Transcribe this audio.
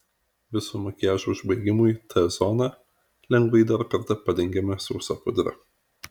viso makiažo užbaigimui t zoną lengvai dar kartą padengiame sausa pudra